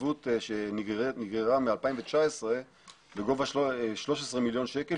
התחייבות שנגררה מ-2019 בגובה 13 מיליון שקל,